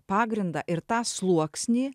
pagrindą ir tą sluoksnį